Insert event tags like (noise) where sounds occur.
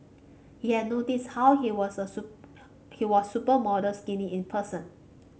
he had noticed how he was super (noise) he was supermodel skinny in person